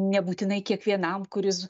nebūtinai kiekvienam kuris